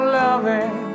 loving